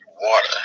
water